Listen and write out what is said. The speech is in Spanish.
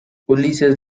ulises